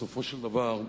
בסופו של דבר,